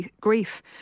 grief